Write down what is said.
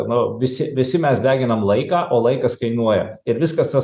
nu visi visi mes deginam laiką o laikas kainuoja ir viskas tas